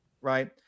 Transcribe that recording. Right